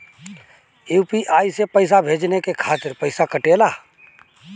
UPI से पइसा भेजने के खातिर पईसा कटेला?